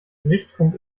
richtfunk